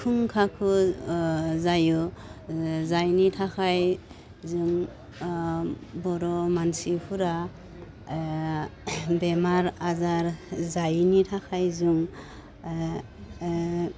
खुंखाखौ जायो जायनि थाखाय जों बर' मानसिफोरा बेमार आजार जायैनि थाखाय जों